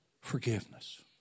Forgiveness